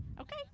okay